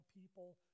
people